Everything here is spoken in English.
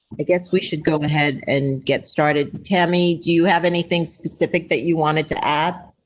i guess we should go ahead and get started. tammy. do you have anything specific that you wanted to add?